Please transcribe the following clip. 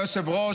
אדוני היושב-ראש,